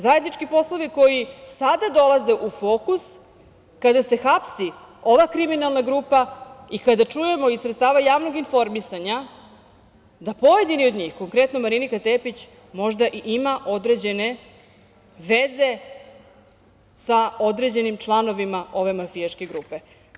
Zajednički poslovi koji sada dolaze u fokus kada se hapsi ova kriminalna grupa i kada se čuje iz javnog informisanja da pojedini od njih, konkretno Marinika Tepić možda ima i određene veze sa određenim članovima ove mafijaške grupe?